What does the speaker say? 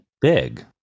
big